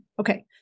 Okay